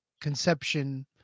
conception